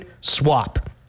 swap